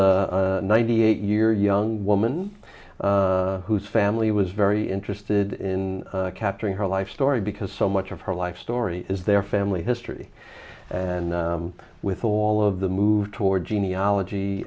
ninety eight year young woman whose family was very interested in capturing her life story because so much of her life story is their family history and with all of the move toward genealogy